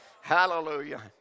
Hallelujah